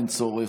אין צורך,